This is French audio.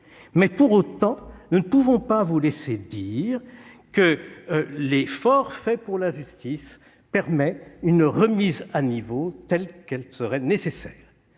Pour autant, nous ne pouvons pas vous laisser dire que l'effort fait pour la justice permet une remise à niveau, telle qu'elle serait nécessaire